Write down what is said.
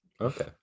Okay